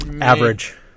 Average